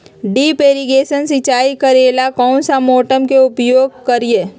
Drip irrigation सिंचाई करेला कौन सा मोटर के उपयोग करियई?